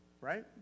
Right